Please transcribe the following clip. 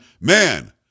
Man